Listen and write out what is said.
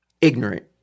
ignorant